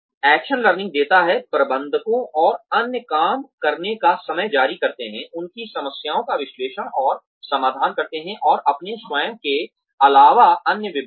action learning देता है प्रबंधकों और अन्य काम करने का समय जारी करते हैं उनकी समस्याओं का विश्लेषण और समाधान करते हैं और अपने स्वयं के अलावा अन्य विभागों